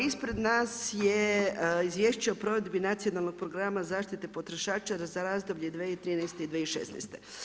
Ispred nas je Izvješće o provedbi Nacionalnog programa zaštite potrošača za razdoblje 2013.-2016.